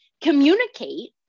communicate